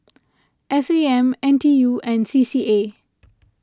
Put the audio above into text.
S A M N T U and C C A